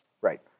Right